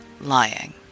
lying